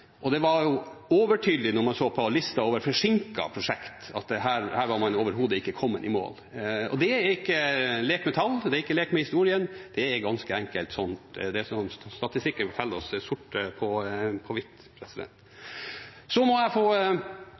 men det var i vedtaksform, det var ikke ved bevilgninger. Det var overtydelig når man så på listen over forsinkede prosjekter, at man overhodet ikke var kommet i mål. Det er ikke lek med tall eller lek med historien – det er ganske enkelt det som statistikken forteller oss, svart på hvitt. Jeg må få